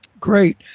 Great